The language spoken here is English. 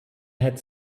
had